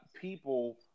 people